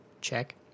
check